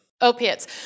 Opiates